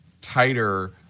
tighter